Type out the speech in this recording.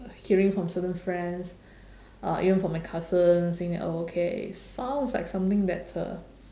hearing from certain friends uh even from my cousin saying that okay sounds like something that uh